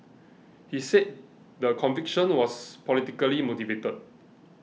he said the conviction was politically motivated